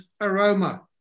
aroma